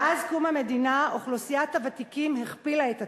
מאז קום המדינה אוכלוסיית הוותיקים הכפילה את עצמה,